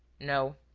no.